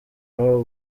aho